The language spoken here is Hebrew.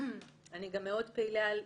אני גם מאוד פעילה.